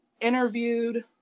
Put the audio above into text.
interviewed